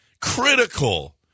critical